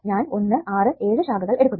ഞാൻ 1 6 7 ശാഖകൾ എടുക്കുന്നു